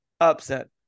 upset